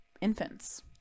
infants